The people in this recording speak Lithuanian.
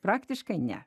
praktiškai ne